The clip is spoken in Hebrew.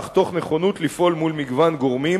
אך תוך נכונות לפעול מול מגוון גורמים,